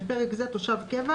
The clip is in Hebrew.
בפרק זה "תושב קבע"